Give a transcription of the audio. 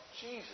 Jesus